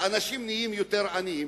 האנשים נהיים יותר עניים.